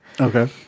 Okay